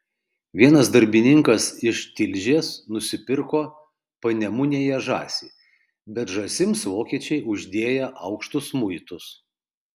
vienas darbininkas iš tilžės nusipirko panemunėje žąsį bet žąsims vokiečiai uždėję aukštus muitus